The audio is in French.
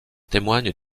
témoignent